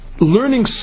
Learning